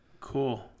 cool